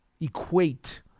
equate